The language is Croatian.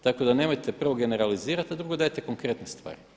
Tako da nemojte prvo generalizirati, a drugo dajte konkretne stvari.